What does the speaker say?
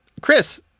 Chris